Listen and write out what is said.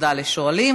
תודה לשואלים.